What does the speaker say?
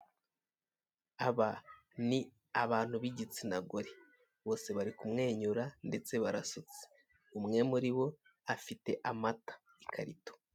Aba ni abantu b'igitsinagore bose bari kumwenyura ndetse barasutse. Umwe muri bo afite amata ikarito.